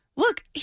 Look